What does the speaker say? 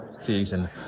season